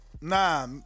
Nah